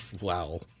Wow